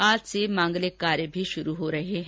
आज से मांगलिक कार्य शुरू हो रहे हैं